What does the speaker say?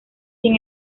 sin